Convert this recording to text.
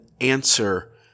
answer